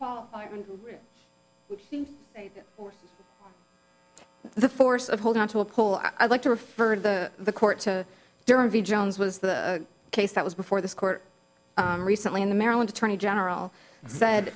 inquiry the force of holding onto a pole i'd like to refer to the court to durham v jones was the case that was before this court recently in the maryland attorney general said